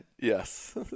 Yes